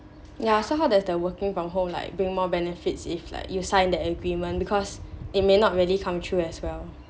yeah so how does the working from home like bring more benefits if like you sign that agreement because it may not really come through as well